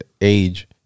Age